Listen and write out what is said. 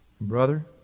Brother